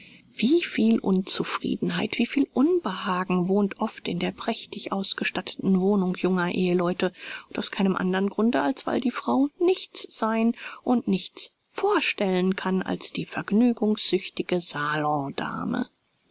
wie viel unzufriedenheit wie viel unbehagen wohnt oft in der prächtig ausgestatteten wohnung junger eheleute und aus keinem andern grunde als weil die frau nichts sein und nichts vorstellen kann als die vergnügungssüchtige